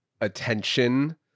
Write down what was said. attention